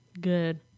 Good